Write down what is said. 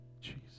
Jesus